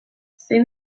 zein